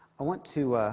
i want to